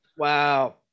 Wow